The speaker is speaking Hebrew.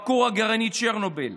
בכור הגרעיני צ'רנוביל.